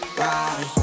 ride